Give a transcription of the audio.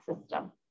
system